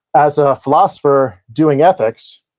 as a philosopher doing ethics,